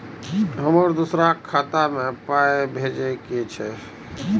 हमरा दोसराक खाता मे पाय भेजे के छै?